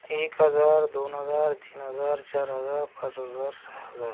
एक हजार दोन हजार तीन हजार चार हजार पाच हजार सहा हजार